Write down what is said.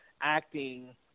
acting